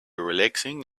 relaxing